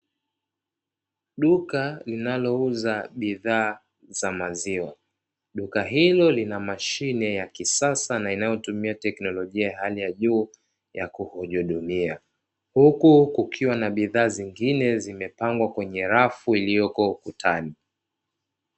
Duka linalouza bidhaa za maziwa. Duka hilo lina mashine ya kisasa na inayotumia teknolojia ya hali ya juu ya kujihudumia, huku kukiwa na bidhaa zingine zimepangwa kwenye rafu ilioko ukutani.